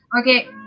Okay